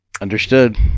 understood